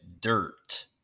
dirt